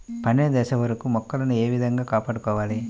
పండిన దశ వరకు మొక్కలను ఏ విధంగా కాపాడుకోవాలి?